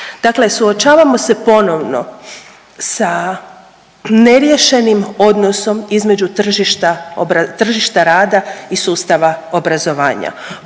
Dakle, suočavamo se ponovno sa neriješenim odnosom između tržišta rada i sustava obrazovanja,